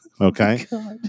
Okay